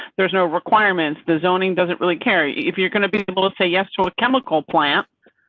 there's no requirements. the zoning doesn't really carry if you're going to be able to say yes. to a chemical plant.